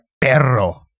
Perro